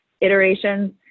iterations